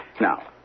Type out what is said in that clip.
Now